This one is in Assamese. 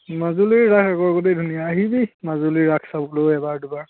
মাজুলীৰ ৰাস আগৰগতেই ধুনীয়া আহিবি মাজুলীৰ ৰাস চাবলৈ এবাৰ দুবাৰ